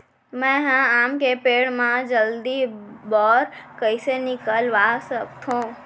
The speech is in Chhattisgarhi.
मैं ह आम के पेड़ मा जलदी बौर कइसे निकलवा सकथो?